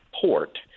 port